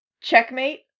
Checkmate